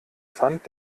fand